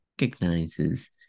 recognizes